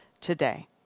today